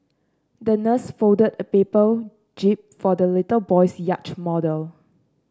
the nurse folded a paper jib for the little boy's yacht model